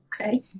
okay